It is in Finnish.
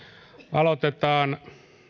aloitetaan